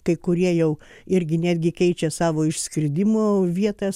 kai kurie jau irgi netgi keičia savo išskridimo vietas